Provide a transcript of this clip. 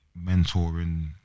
mentoring